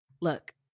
look